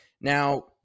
Now